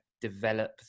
develop